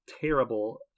terrible